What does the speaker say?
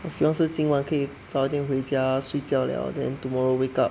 我希望是今晚可以早点回家睡觉了 then tomorrow wake up